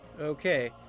Okay